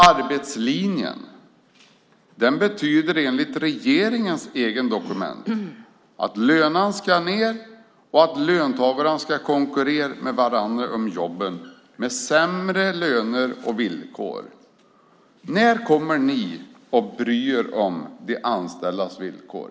Arbetslinjen betyder enligt regeringens egna dokument att lönerna ska ned och att löntagarna ska konkurrera med varandra om jobben med sämre löner och villkor. När kommer ni att bry er om de anställdas villkor?